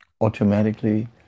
automatically